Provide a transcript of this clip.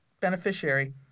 beneficiary